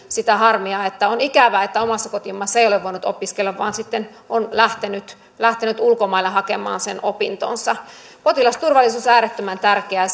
sitä harmia että on ikävää että omassa kotimaassa ei ole voinut opiskella ja sitten on lähtenyt lähtenyt ulkomaille hakemaan sen opintonsa potilasturvallisuus on äärettömän tärkeää